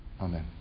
Amen